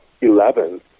eleven